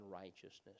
righteousness